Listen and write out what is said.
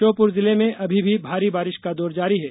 श्योपुर जिले में अभी भी भारी बारिश का दौर जारी है